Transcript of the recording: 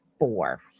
four